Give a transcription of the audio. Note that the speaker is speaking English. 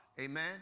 Amen